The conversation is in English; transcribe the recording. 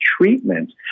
treatment